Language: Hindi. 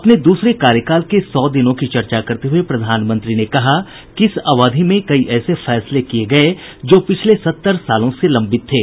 अपने दूसरे कार्यकाल के सौ दिनों की चर्चा करते हुए प्रधानमंत्री ने कहा कि इस अवधि में कई ऐसे फैसले किये गये जो पिछले सत्तर सालों से लंबित थे